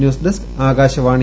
news desk Akashvani